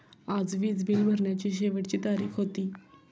आज वीज बिल भरण्याची शेवटची तारीख होती